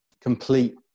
complete